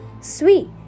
Sweet